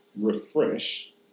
refresh